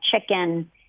chicken